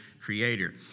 creator